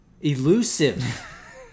elusive